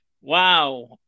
wow